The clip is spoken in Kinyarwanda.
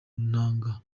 ntanga